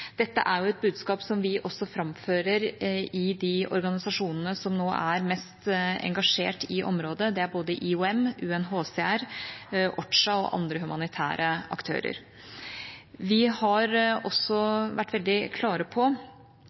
Dette er et budskap som vi også framfører i de organisasjonene som nå er mest engasjert i området. Det er både den internasjonale organisasjonen for migrasjon, IOM, FNs høykommissær for flyktninger, UNHCR, FNs kontor for koordinering av humanitær innsats, OCHA, og andre humanitære aktører. Vi har